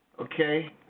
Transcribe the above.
Okay